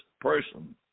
person